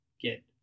get